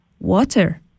water